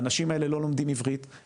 האנשים האלה לא לומדים עברית,